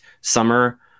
summer